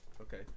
Okay